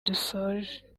dusoje